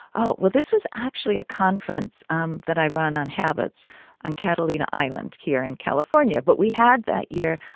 oh. well, this was actually a conference um that i run on habits on catalina island here in california. but we had, that year,